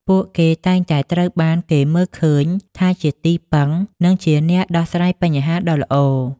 ពួកគេតែងតែត្រូវបានគេមើលឃើញថាជាទីពឹង និងជាអ្នកដោះស្រាយបញ្ហាដ៏ល្អ។